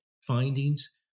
findings